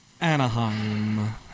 Anaheim